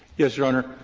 yes, your honor.